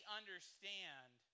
understand